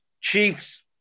Chiefs